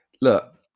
Look